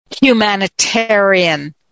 humanitarian